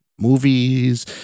Movies